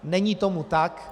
Není tomu tak.